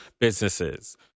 businesses